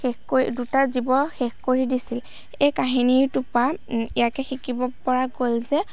শেষ কৰি দুটা জীৱ শেষ কৰি দিছিল এই কাহিনীটোৰ পৰা ইয়াকে শিকিব পৰা গ'ল যে